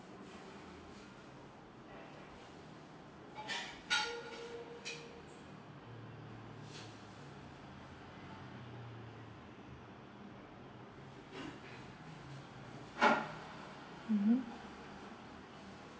mmhmm